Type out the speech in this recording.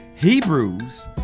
Hebrews